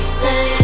say